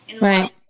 Right